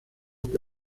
que